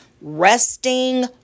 resting